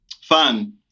Fun